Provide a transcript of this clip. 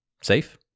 safe